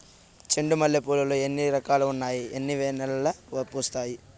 చెండు మల్లె పూలు లో ఎన్ని రకాలు ఉన్నాయి ఇవి ఎన్ని నెలలు పూస్తాయి